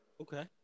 Okay